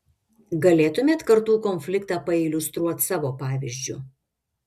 galėtumėt kartų konfliktą pailiustruot savo pavyzdžiu